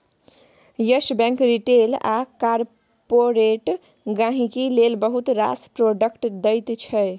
yes Bank retail आ corporate गांहिकी लेल बहुत रास प्रोडक्ट दैत छै